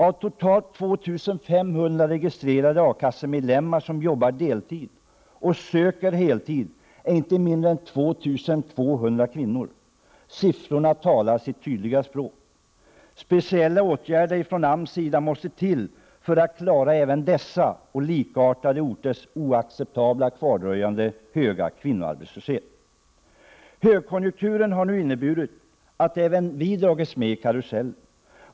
Av totalt 2 500 registrerade A-kassemedlemmar som jobbar deltid och söker heltid är inte mindre än 2 200 kvinnor. Siffrorna talar sitt tydliga språk. Speciella åtgärder från AMS sida måste till för att klara även dessa och likartade orters oacceptabla kvardröjande höga kvinnoarbetslöshet. Högkonjunkturen har inneburit att även vi har dragits med i karusellen.